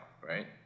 right